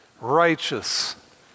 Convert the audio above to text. righteous